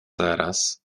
zaraz